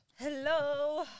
hello